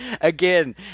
again